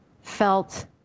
felt